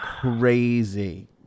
crazy